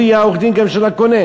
הוא יהיה גם העורך-דין של הקונה.